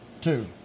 Two